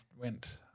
went –